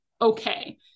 okay